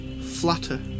flutter